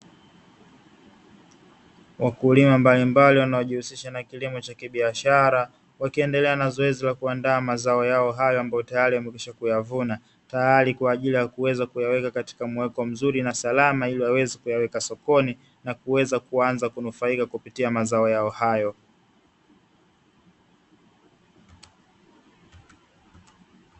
Wakulima mbalimbali wanaojiusisha na kilimo cha kibiashara wakiendele na zoezi la la kuandaa mazao yao hayo ambayo tayali wamekwisha kuyavuna tayali kwaajili ya kuweza kuyaweka katika muweko mzuri na salama, ili waweze kuyaweka saokoni na kuweza kuanza kunufaika kupitia mazao yao hayo.